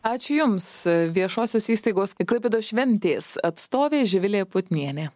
ačiū jums viešosios įstaigos klaipėdos šventės atstovė živilė putnienė